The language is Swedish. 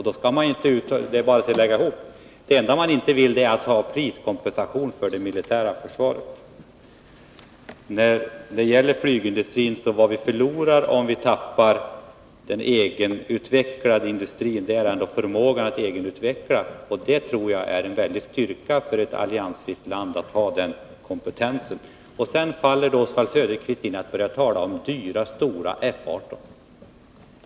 Det är bara att lägga ihop: Det enda man inte vill är att ha priskompensation för det militära försvaret. I fråga om flygindustrin vill jag säga att vad vi förlorar om vi tappar den egenutvecklade industrin är ändå förmågan att just egenutveckla. Jag tror det är en väldig styrka för ett alliansfritt land att ha kompetensen att egenutveckla. Sedan faller Oswald Söderqvist in i att tala om dyra, stora F 18.